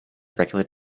regular